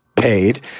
paid